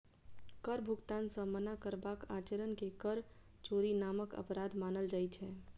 कर भुगतान सं मना करबाक आचरण कें कर चोरी नामक अपराध मानल जाइ छै